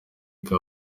wake